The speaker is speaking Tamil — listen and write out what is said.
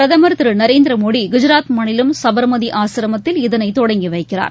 பிரதமர் திரு நரேந்திர மோடி குஜராத் மாநிலம் சபர்மதி ஆசிரமத்தில் இதனை தொடங்கி வைக்கிறார்